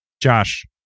Josh